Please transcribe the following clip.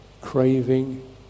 craving